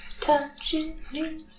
Touching